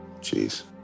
Jeez